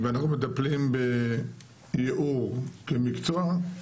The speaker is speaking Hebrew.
ואנחנו מטפלים בייעור כמקצוע,